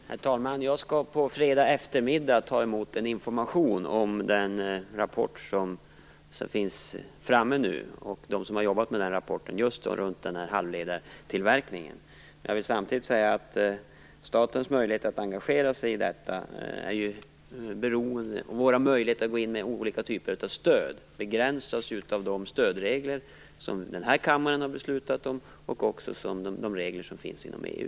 Herr talman! Jag skall på fredag eftermiddag ta emot information av dem som har arbetat fram en rapport om just halvledartillverkningen. Jag vill samtidigt säga att statens möjligheter att engagera sig i detta och gå in med olika typer av stöd begränsas av de stödregler som denna kammare har beslutat om samt också av de regler som finns inom EU.